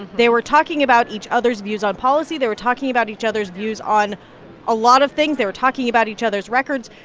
they were talking about each other's views on policy. they were talking about each other's views on a lot of things. they were talking about each other's records.